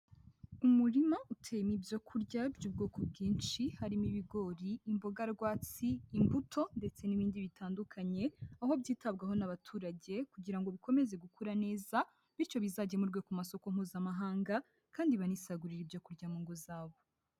Umurima utema ibyo kurya by'ubwoko bwinshi harimo ibigori, imboga rwatsi, imbuto ndetse n'ibindi bitandukanye, aho byitabwaho n'abaturage kugira ngo bikomeze gukura neza bityo bizagemurwe ku masoko mpuzamahanga, kandi banisagurire ibyo kujya mu ngo zabo.